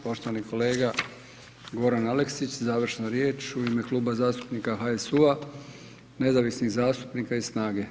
Poštovani kolega Goran Aleksić, završna riječ u ime Kluba zastupnika HSU-a, nezavisnih zastupnika i SNAGA-e.